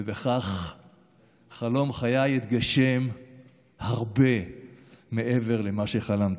וכך חלום חיי התגשם הרבה מעבר למה שחלמתי.